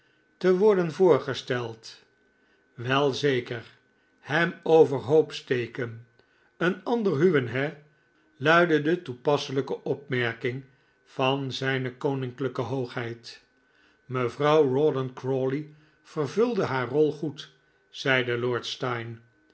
te worden voorgesteld wel zeker hem overhoop steken een ander huwen he luidde de toepasselijke opmerking van zijne koninklijke hoogheid mevrouw rawdon crawley vervulde haar rol goed zeide lord steyne